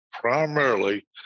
primarily